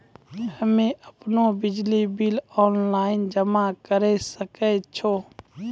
हम्मे आपनौ बिजली बिल ऑनलाइन जमा करै सकै छौ?